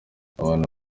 abantu